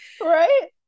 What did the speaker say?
Right